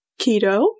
Keto